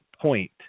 point